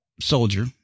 soldier